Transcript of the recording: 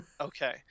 Okay